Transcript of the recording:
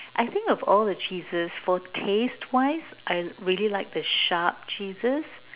I think of all the cheeses for taste wise I really like the sharp cheeses